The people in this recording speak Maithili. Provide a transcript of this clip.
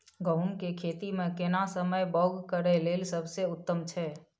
गहूम के खेती मे केना समय बौग करय लेल सबसे उत्तम छै?